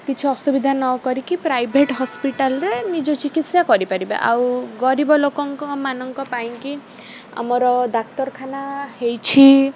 କିଛି ଅସୁବିଧା ନ କରିକି ପ୍ରାଇଭେଟ୍ ହସ୍ପିଟାଲରେ ନିଜ ଚିକିତ୍ସା କରିପାରିବେ ଆଉ ଗରିବ ଲୋକଙ୍କ ମାନଙ୍କ ପାଇଁକି ଆମର ଡାକ୍ତରଖାନା ହେଇଛି